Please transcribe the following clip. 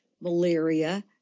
malaria